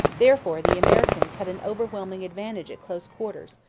therefore the americans had an overwhelming advantage at close quarters,